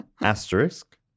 Asterisk